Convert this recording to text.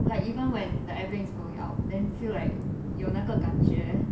like even when the airplane is going out then feel like 有那个感觉